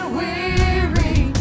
weary